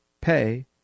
pay